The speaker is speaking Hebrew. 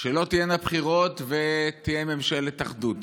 שלא תהיינה בחירות ותהיה ממשלת אחדות